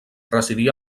residí